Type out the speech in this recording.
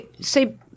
say